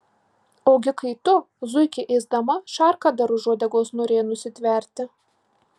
ogi kai tu zuikį ėsdama šarką dar už uodegos norėjai nusitverti